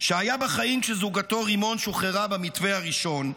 שהיה בחיים כשזוגתו רימון שוחררה במתווה הראשון,